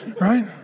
right